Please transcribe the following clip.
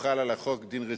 הוחל על הצעת החוק דין רציפות.